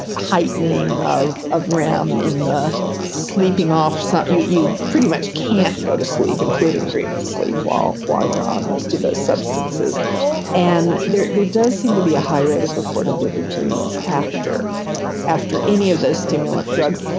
heightening of of rem in the sleeping off. so you you pretty much can't go to sleep, including dreaming sleep while while you're on most of those substances and there does does seem to be a high rate of report of vivid dreams after after any of those stimulant drugs,